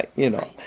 but you know?